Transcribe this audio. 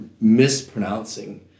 mispronouncing